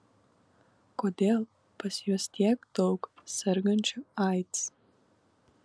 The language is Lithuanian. kodėl pas juos tiek daug sergančių aids